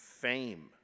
fame